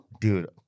dude